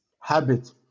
habit